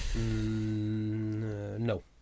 No